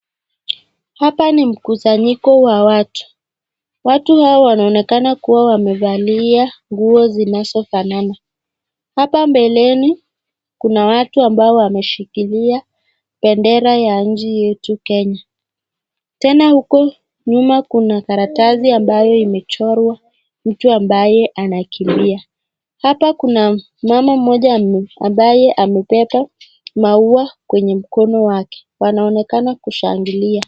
Hapa ni mkusanyiko wa watu watu hawa wanaonekana kuwa wamevalia nguo zinazofanana hapa mbeleni kuna watu ambao wameshikilia bendera ya nchi yetu kenya. Tena huko nyuma kuna karatasi ambayo imechorwa mtu ambaye anakimbia hapa kuna mama mmoja ambaye amebeba maua kwenye mkono wake wanaonekana kushangilia.